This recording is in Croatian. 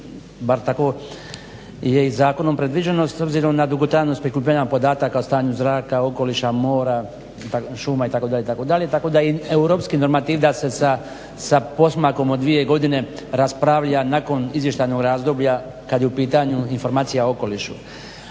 bar tako je i zakonom predviđeno s obzirom na dugotrajnost prikupljanja podataka o stanju zraka, okoliša, mora, šuma itd. tako da je i europski normativ da se sa pomakom od 2 godine raspravlja nakon izvještajnog razdoblja kad je u pitanju informacija o okolišu.